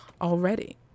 already